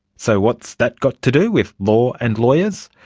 so what's that got to do with law and lawyers?